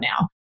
now